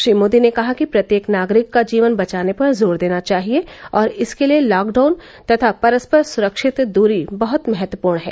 श्री मोदी ने कहा कि प्रत्येक नागरिक का जीवन बचाने पर जोर देना चाहिए और इसके लिए लॉकडाउन तथा परस्पर सुरक्षित दूरी बहुत महत्वपूर्ण है